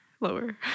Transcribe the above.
lower